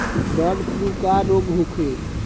Bird flu का रोग होखे?